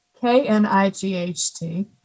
K-N-I-G-H-T